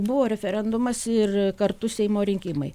buvo referendumas ir kartu seimo rinkimai